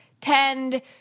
tend